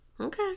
Okay